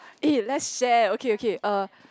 eh let's share okay okay uh